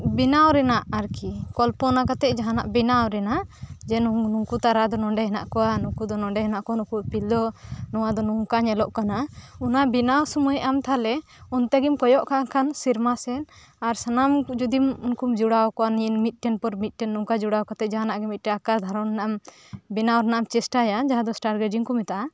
ᱵᱮᱱᱟᱣ ᱨᱮᱱᱟᱜ ᱟᱨᱠᱤ ᱠᱚᱞᱚᱯᱚᱱᱟ ᱠᱟᱛᱮ ᱡᱟᱦᱟᱱᱟᱜ ᱵᱮᱱᱟᱣ ᱨᱮᱱᱟᱜ ᱡᱮ ᱱᱩᱝᱠᱩ ᱛᱟᱨᱟᱫᱚ ᱱᱚᱰᱮ ᱦᱮᱱᱟᱜ ᱠᱚᱭᱟ ᱱᱩᱠᱩ ᱫᱤ ᱱᱚᱰᱮ ᱦᱮᱱᱟᱜ ᱠᱚᱣᱟ ᱱᱩᱠᱩ ᱤᱯᱤᱞ ᱫᱚ ᱱᱚᱣᱟ ᱫᱚ ᱱᱚᱝᱠᱟ ᱧᱮᱞᱚᱜ ᱠᱟᱱᱟ ᱚᱱᱟ ᱵᱮᱱᱟᱣ ᱥᱳᱢᱚᱭ ᱟᱢ ᱛᱟᱦᱚᱞᱮ ᱚᱱᱛᱮ ᱜᱮᱢ ᱠᱚᱭᱚᱜ ᱠᱟᱜ ᱠᱷᱟᱱ ᱥᱮᱨᱢᱟ ᱥᱮᱡ ᱥᱟᱱᱟᱢ ᱠᱩ ᱡᱩᱫᱤ ᱩᱱᱠᱩᱢ ᱡᱚᱲᱟᱣ ᱠᱚᱣᱟ ᱢᱤᱭᱟ ᱢᱤᱫ ᱴᱮᱱ ᱯᱚᱨ ᱢᱤᱫᱴᱮᱱ ᱱᱚᱝ ᱡᱚᱲᱟᱣ ᱠᱟᱛᱮ ᱡᱟᱦᱟᱱᱟᱜ ᱜᱮ ᱢᱤᱫᱴᱮᱱ ᱟᱠᱟᱣ ᱫᱷᱟᱨᱚᱱᱟ ᱵᱮᱱᱟᱣ ᱨᱮᱱᱟᱜ ᱮᱢ ᱪᱮᱥᱴᱟᱭᱟ ᱡᱟᱦᱟᱫᱚ ᱥᱴᱮᱨ ᱜᱮᱡᱤᱝ ᱠᱚ ᱢᱮᱛᱟᱜᱼᱟ